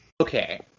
Okay